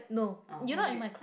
ah what is it